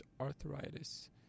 arthritis